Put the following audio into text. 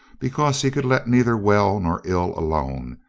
because he could let neither well nor ill alone,